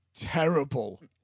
Terrible